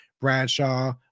Bradshaw